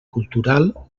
cultural